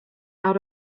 out